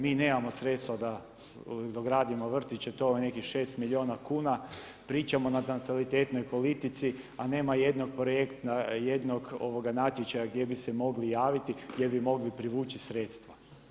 Mi nemamo sredstva da gradimo vrtiće to je nekih 6 milijuna kuna, pričamo o natalitetnoj politici, a nema jednog natječaja gdje bi se mogli javiti gdje bi mogli privući sredstva.